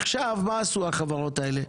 מה עשו החברות האלה?